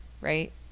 right